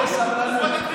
עוד לא שמעת, זאת הקדמה.